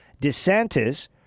DeSantis